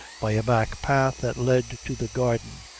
by a back path that led to the garden,